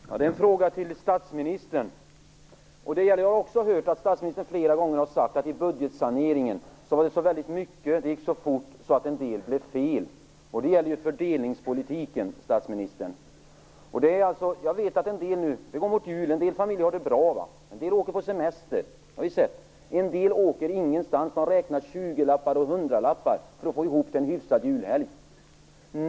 Herr talman! Jag har en fråga till statsministern. Jag har också hört att statsministern flera gånger har sagt att mycket i budgetsaneringen gick så fort att en del blev fel. Det gäller alltså fördelningspolitiken. Vi går mot jul nu, och en del familjer har det bra, åker på semester osv. En del åker ingenstans, utan de räknar tjugolappar och hundralappar för att få ihop till en hyfsad julhelg.